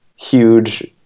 huge